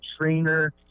trainer